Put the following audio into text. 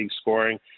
scoring